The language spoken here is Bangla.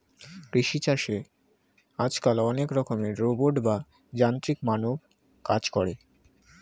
কৃষি চাষে আজকাল অনেক রকমের রোবট বা যান্ত্রিক মানব কাজ করে